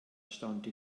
staunte